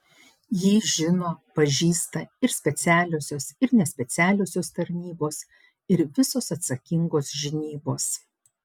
jį žino pažįsta ir specialiosios ir nespecialiosios tarnybos ir visos atsakingos žinybos